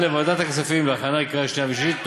לוועדת הכספים להכנה לקריאה שנייה ושלישית.